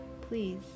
Please